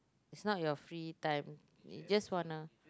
it's not your free time you just wanna